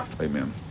Amen